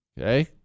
Okay